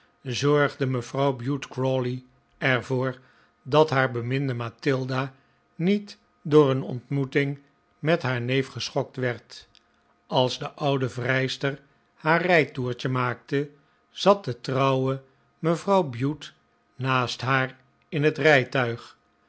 zorgde mevrouw bute crawley er voor dat haar beminde mathilda niet door een ontmoeting met haar neef geschokt werd als de oude vrijster haar rijtoertje maakte zat de trouwe mevrouw bute naast haar in het rijtuig